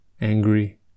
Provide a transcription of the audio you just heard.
angry